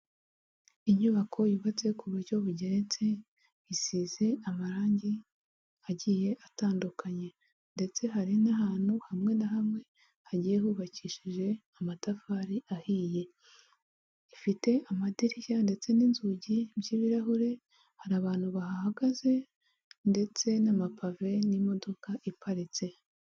Inyubako yubatse ku buryo bugeretse isize amarangi agiye atandukanye ndetse hari n'ahantu hamwe na hamwe hagiye hubakishije amatafari ahiye, ifite amadirishya ndetse n'inzugi by'ibirahure hari abantu bahagaze ndetse n'amapave n'imodoka iparitse.